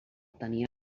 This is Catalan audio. tenia